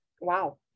Wow